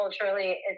Culturally